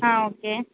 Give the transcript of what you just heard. ஆ okay